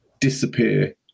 disappear